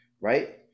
right